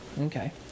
Okay